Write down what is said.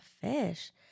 fish